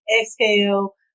exhale